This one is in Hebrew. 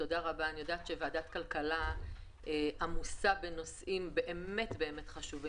אני יודעת שוועדת הכלכלה עמוסה בנושאים חשובים,